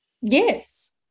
Yes